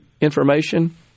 information